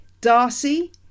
darcy